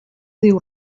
diu